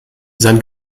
sein